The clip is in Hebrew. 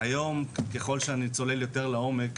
היום ככל שאני צולל יותר לעומק,